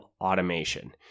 automation